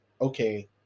okay